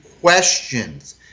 questions